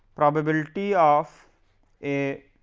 probability of a